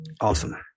Awesome